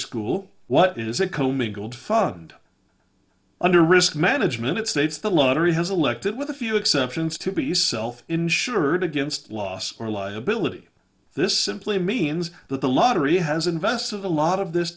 school what it is it commingled fund under risk management it states the lottery has elected with a few exceptions to be self insured against loss or liability this simply means that the lottery has invested a lot of this